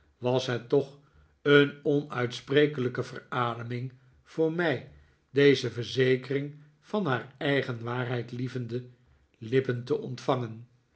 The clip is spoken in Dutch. was het toch een onuitsprekelijke verademing voor mij deze verzekering van haar eigen waarheidlievende lippen te ontvangen